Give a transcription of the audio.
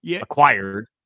acquired